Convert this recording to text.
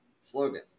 slogan